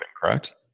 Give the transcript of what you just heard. correct